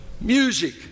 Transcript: Music